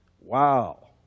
Wow